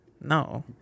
No